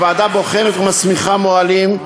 הוועדה בוחנת ומסמיכה מוהלים,